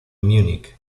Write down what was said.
múnich